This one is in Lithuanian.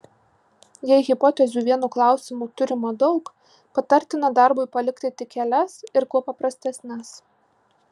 jei hipotezių vienu klausimu turima daug patartina darbui palikti tik kelias ir kuo paprastesnes